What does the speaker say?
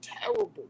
terrible